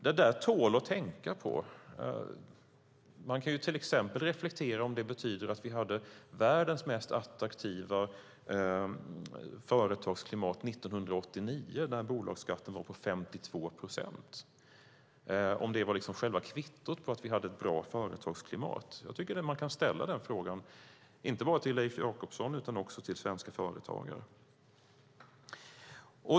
Det där tål att tänkas på. Man kan till exempel reflektera över om det betyder att vi hade världens mest attraktiva företagsklimat 1989 när bolagsskatten låg på 52 procent. Var det själva kvittot på att vi hade ett bra företagsklimat? Jag tycker att man kan ställa denna fråga inte bara till Leif Jakobsson utan också till svenska företagare.